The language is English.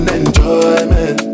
enjoyment